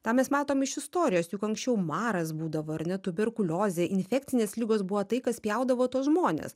tą mes matom iš istorijos juk anksčiau maras būdavo ar ne tuberkuliozė infekcinės ligos buvo tai kas pjaudavo tuos žmones